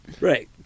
right